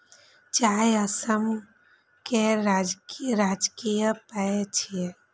चाय असम केर राजकीय पेय छियै